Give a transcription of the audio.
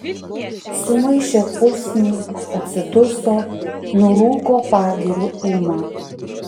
sumaišė pusnį atsiduso nurūko pagiriu ūma